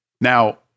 Now